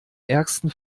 ärgsten